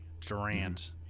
durant